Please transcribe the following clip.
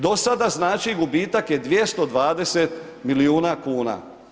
Dosada znači gubitak je 220 milijuna kuna.